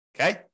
Okay